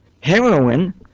heroin